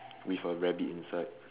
with a rabbit inside